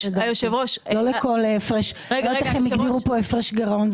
לא יודעת איך הם הגדירו פה הפרש גירעון,